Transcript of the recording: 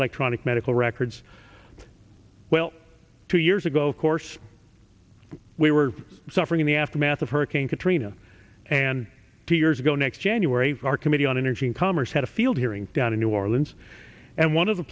electronic medical records well two years ago of course we were suffering in the aftermath of hurricane katrina and two years ago next january our committee on energy and commerce had a field hearing down in new orleans and one of the